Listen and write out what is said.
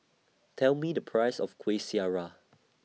Tell Me The Price of Kueh Syara